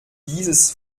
dieses